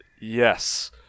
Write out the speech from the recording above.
Yes